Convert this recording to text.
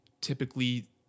typically